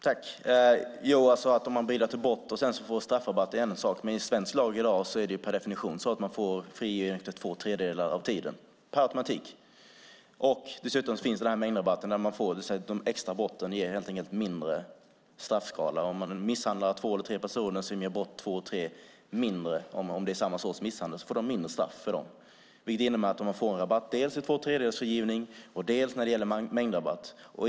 Herr talman! Det är en sak om man bidrar till att lösa brott och sedan får straffrabatt, men i svensk lag är det i dag per definition så att man blir frigiven efter två tredjedelar av tiden. Det sker per automatik. Dessutom finns den här mängdrabatten. De extra brotten ger helt enkelt kortare straff. Om man misshandlar två eller tre personer ger brott två och tre, om det är samma sorts misshandel, kortare straff. Det innebär att man får rabatt dels vid tvåtredjedelsfrigivning, dels i form av mängdrabatt.